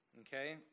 okay